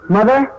Mother